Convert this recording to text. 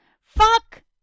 fuck